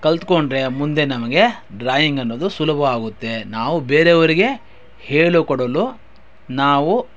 ಕಲಿತ್ಕೊಂಡ್ರೆ ಮುಂದೆ ನಮಗೆ ಡ್ರಾಯಿಂಗ್ ಅನ್ನೋದು ಸುಲಭವಾಗುತ್ತೆ ನಾವು ಬೇರೆಯವರಿಗೆ ಹೇಳಿಕೊಡಲು ನಾವು